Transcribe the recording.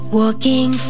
walking